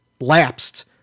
lapsed